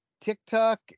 TikTok